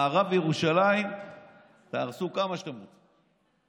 במערב ירושלים תהרסו כמה שאתם רוצים.